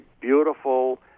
beautiful